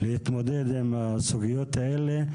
להתמודד עם הסוגיות האלה,